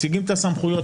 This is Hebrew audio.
מציגים את הסמכויות,